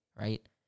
right